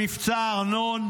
במבצע ארנון,